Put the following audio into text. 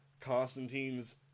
Constantine's